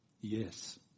Yes